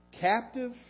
captive